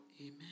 Amen